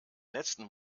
letzten